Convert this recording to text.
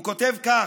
הוא כותב כך: